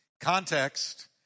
Context